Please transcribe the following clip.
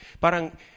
Parang